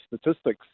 statistics